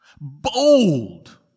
bold